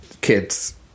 kids